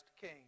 king